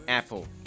Apple